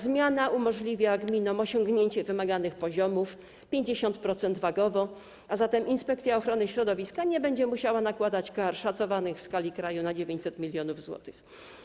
Zmiana umożliwi gminom osiągnięcie wymaganych poziomów, 50% wagowo, a zatem Inspekcja Ochrony Środowiska nie będzie musiała nakładać kar w skali kraju szacowanych na 900 mln zł.